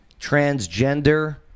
transgender